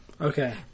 Okay